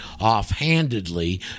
offhandedly